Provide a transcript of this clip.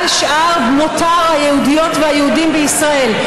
על שאר מותר היהודיות והיהודים בישראל,